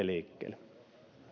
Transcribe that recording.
liikkeelle